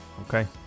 okay